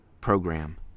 program